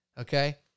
Okay